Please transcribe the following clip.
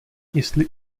jestli